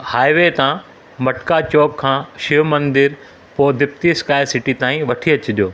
highway हितां मटका चौक खां शिव मंदरु पोइ दिप्ति स्काइ सिटी ताईं वठी अचिजो